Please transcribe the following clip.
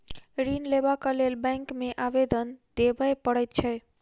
ऋण लेबाक लेल बैंक मे आवेदन देबय पड़ैत छै